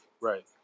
right